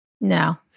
No